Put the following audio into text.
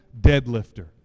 deadlifter